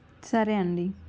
సరే అండి